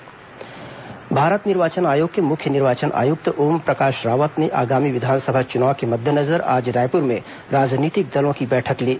मुख्य निर्वाचन आयुक्त बैठक भारत निर्वाचन आयोग के मुख्य निर्वाचन आयुक्त ओमप्रकाश रावत ने आगामी विधानसभा चुनाव के मद्देनजर आज रायपुर में राजनीतिक दलों की बैठक ली